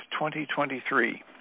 2023